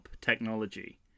technology